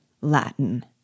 Latin